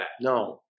No